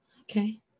Okay